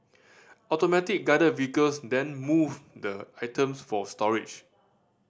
Automatic Guided Vehicles then move the items for storage